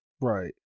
right